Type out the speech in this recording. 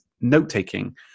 note-taking